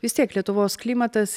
vis tiek lietuvos klimatas